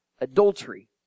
adultery